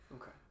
Okay